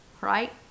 right